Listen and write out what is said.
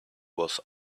was